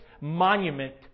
monument